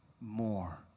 more